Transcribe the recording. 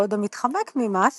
בעוד המתחמק ממס